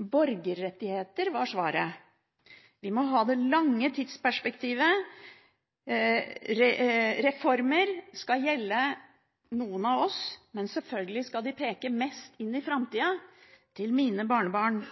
Borgerrettigheter var svaret. Vi må ha det lange tidsperspektivet. Reformer skal gjelde noen av oss, men selvfølgelig skal de peke mest inn i framtida, til mine barnebarn,